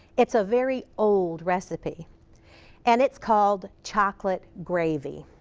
it's a very old recipe and it's called chocolate gravy.